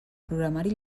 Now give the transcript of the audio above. programari